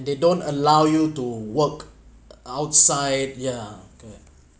they don't allow you to work outside ya correct